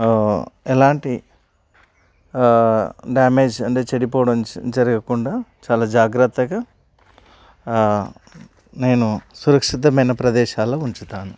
ఎలాంటి డ్యామేజ్ అంటే చెడిపోవడం జరగకుండా చాలా జాగ్రత్తగా నేను సురక్షితమైన ప్రదేశాల్లో ఉంచుతాను